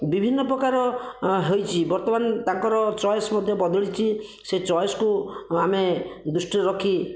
ବିଭିନ୍ନ ପ୍ରକାର ହୋଇଛି ବର୍ତ୍ତମାନ ତାଙ୍କର ଚଏସ୍ ମଧ୍ୟ ବଦଳିଛି ସେ ଚଏସକୁ ଆମେ ଦୃଷ୍ଟିରେ ରଖି